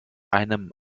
einem